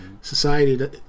Society